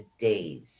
days